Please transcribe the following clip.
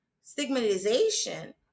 stigmatization